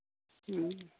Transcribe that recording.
ᱦᱮᱸ